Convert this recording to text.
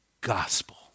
gospel